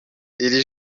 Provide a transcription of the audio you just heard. iri